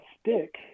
stick